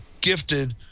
gifted